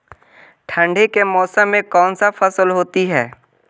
ठंडी के मौसम में कौन सा फसल होती है?